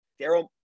Daryl